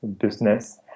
business